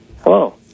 hello